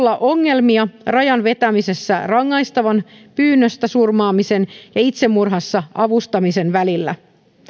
ongelmia rajan vetämisessä rangaistavan pyynnöstä surmaamisen ja itsemurhassa avustamisen välillä